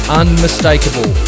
unmistakable